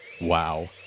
Wow